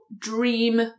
dream